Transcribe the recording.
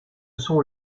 sont